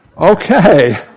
okay